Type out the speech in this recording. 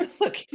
look